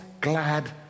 glad